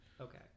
okay